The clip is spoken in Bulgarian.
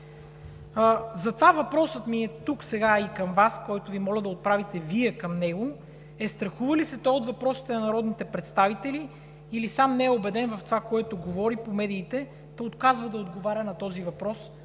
Затова въпросът ми е тук сега и към Вас, който Ви моля да отправите Вие към него, е: страхува ли се той от въпросите на народните представители, или сам не е убеден в това, което говори по медиите, та отказва да отговаря на този въпрос